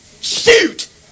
Shoot